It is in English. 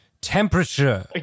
temperature